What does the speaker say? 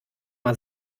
mal